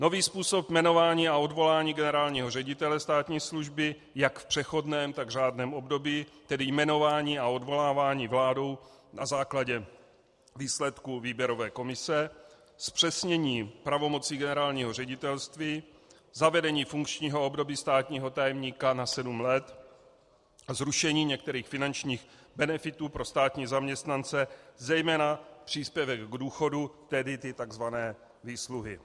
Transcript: Nový způsob jmenování a odvolání generálního ředitele státní služby jak v přechodném tak řádném období, tedy jmenování a odvolávání vládou na základě výsledků výběrové komise, zpřesnění pravomocí generálního ředitelství, zavedení funkčního období státního tajemníka na sedm let a zrušení některých finančních benefitů pro státní zaměstnance, zejména příspěvek k důchodu, tedy ty takzvané výsluhy.